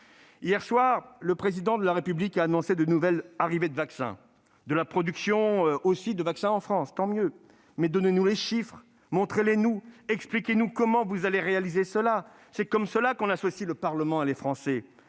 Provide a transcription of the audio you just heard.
Hier soir, le Président de la République a annoncé de nouvelles arrivées de vaccins, ainsi que la production de vaccins en France. Tant mieux, mais donnez-nous des chiffres, montrez-les-nous, expliquez-nous comment vous allez réaliser cela. C'est ainsi qu'on associe à son travail le Parlement et les Français.